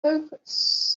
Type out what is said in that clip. focus